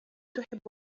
تحب